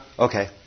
Okay